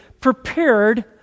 prepared